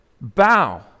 bow